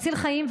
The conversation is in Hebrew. מציל חיים,